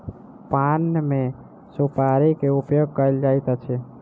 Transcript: पान मे सुपाड़ी के उपयोग कयल जाइत अछि